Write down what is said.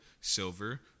silver